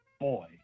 boy